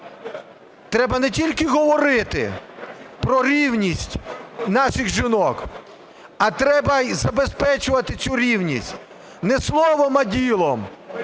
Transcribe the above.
треба не тільки говорити про рівність наших жінок, а треба і забезпечувати цю рівність не словом, а ділом.